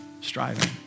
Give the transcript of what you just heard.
striving